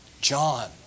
John